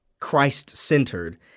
Christ-centered